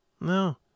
No